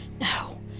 No